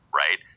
right